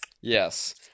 Yes